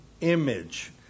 image